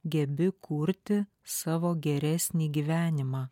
gebi kurti savo geresnį gyvenimą